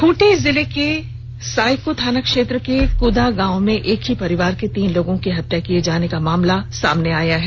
खूंटी जिले के सायको थाना क्षेत्र के कुदा गांव में एक ही परिवार के तीन लोगों की हत्या किए जाने का मामला सामने आया है